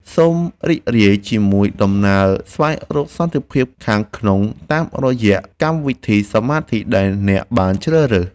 សូមរីករាយជាមួយដំណើរស្វែងរកសន្តិភាពខាងក្នុងតាមរយៈកម្មវិធីសមាធិដែលអ្នកបានជ្រើសរើស។